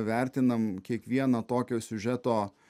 vertinam kiekvieną tokio siužeto